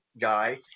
guy